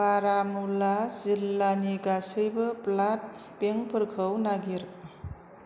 बारामुल्ला जिल्लानि गासैबो ब्लाड बेंकफोरखौ नागिर